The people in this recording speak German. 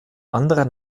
anderer